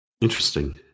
Interesting